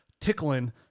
tickling